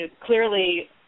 Clearly